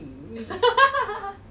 boring